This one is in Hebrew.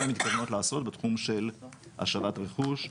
מה הן מתכוונות לעשות בתחום של השבת רכוש,